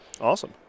Awesome